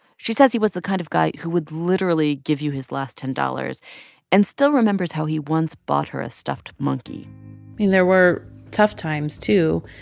she says he was the kind of guy who would literally give you his last ten dollars and still remembers how he once bought her a stuffed monkey i mean, there were tough times, too.